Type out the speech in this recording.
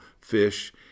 fish